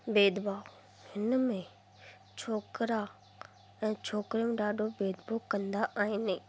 भेदभाव हिन में छोकिरा ऐं छोकिरियूं ॾाढो भेदभाव कंदा आहिनि